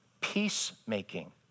peacemaking